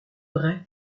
vrai